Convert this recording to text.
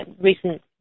recent